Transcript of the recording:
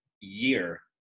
year